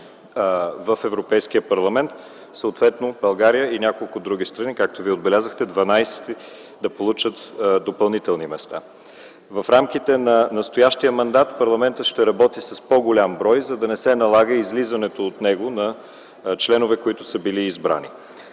в Европейския парламент, а съответно България и няколко други страни – както вие отбелязахте - дванадесет, да получат допълнителни места. В рамките на настоящия мандат парламентът ще работи с по голям брой, за да не се налага излизането от него на членове, които са били избрани.